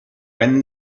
when